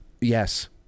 Yes